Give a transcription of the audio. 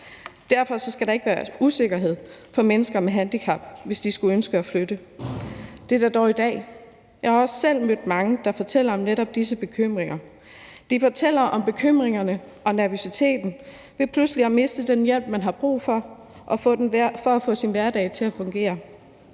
Derfor skal der ikke være usikkerhed for mennesker med handicap, hvis de skulle ønske at flytte. Det er der dog i dag. Jeg har også selv mødt mange, der fortæller om netop disse bekymringer. De fortæller om bekymringerne og nervøsiteten ved pludselig at miste den hjælp, man har brug for for at få sin hverdag til at fungere.